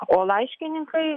o laiškininkai